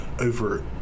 over